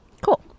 Cool